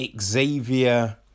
Xavier